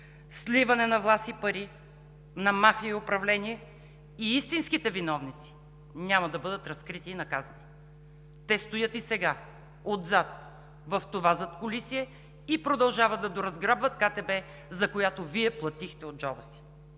сливане на власт и пари, на мафия и управление и истинските виновници няма да бъдат разкрити и наказани. Те стоят и сега отзад в това задкулисие и продължават да доразграбват КТБ, за която Вие платихте от джоба си.